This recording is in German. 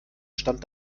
stand